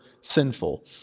sinful